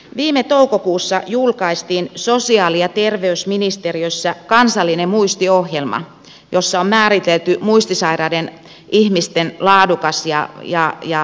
viime toukokuussa julkaistiin sosiaali ja terveysministeriössä kansallinen muistiohjelma jossa on määritelty muistisairaiden ihmisten laadukas ja vaikuttava hoito